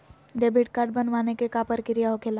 Debit card बनवाने के का प्रक्रिया होखेला?